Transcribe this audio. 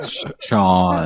Sean